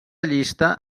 llista